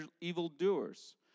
evildoers